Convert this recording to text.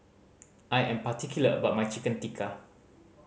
I am particular about my Chicken Tikka